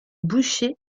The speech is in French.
boucher